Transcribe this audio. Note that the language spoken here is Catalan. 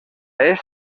est